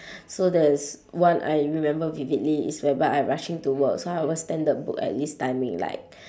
so there's one I remember vividly is whereby I rushing to work so I will standard book at this timing like